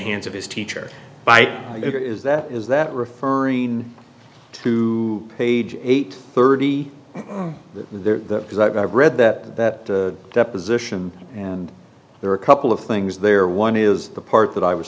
hands of his teacher by that is that referring to page eight thirty there that because i've read that that deposition and there are a couple of things there one is the part that i was